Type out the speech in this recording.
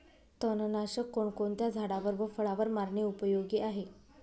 तणनाशक कोणकोणत्या झाडावर व फळावर मारणे उपयोगी आहे?